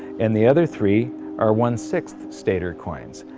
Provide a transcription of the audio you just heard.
and the other three are one-sixth stater coins.